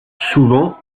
souvent